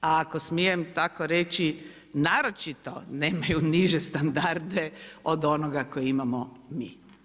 A ako smijem tako reći naročito nemaju niže standarde od onoga koje imamo mi.